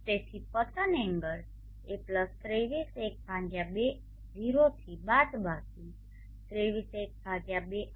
તેથી પતન એંગલ એ પ્લસ 23 ½ 0 થી બાદબાકી 23 ½ 0